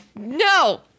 No